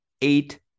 eight